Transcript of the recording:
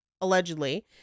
allegedly